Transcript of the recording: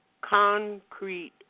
concrete